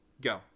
Go